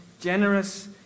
generous